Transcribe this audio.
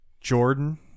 Jordan